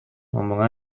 ngomong